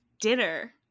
dinner